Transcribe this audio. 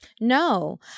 no